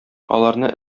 аларны